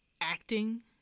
acting